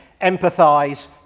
Empathise